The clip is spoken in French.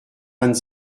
vingt